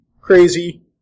crazy